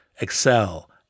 Excel